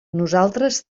nosaltres